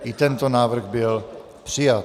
I tento návrh byl přijat.